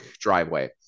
driveway